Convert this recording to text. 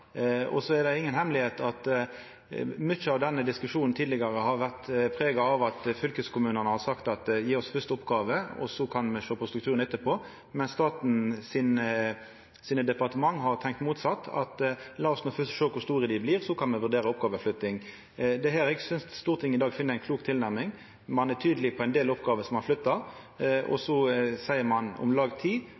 er inga hemmelegheit at mykje av denne diskusjonen tidlegare har vore prega av at fylkeskommunane har sagt: Gje oss oppgåver fyrst, så kan me sjå på strukturen etterpå. Men staten sine departement har tenkt motsett: La oss no fyrst sjå kor store dei blir, så kan me vurdera oppgåveflytting. Det er her eg synest Stortinget i dag finn ei klok tilnærming. Ein er tydeleg på ein del oppgåver som ein flyttar, og så seier ein om lag